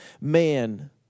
man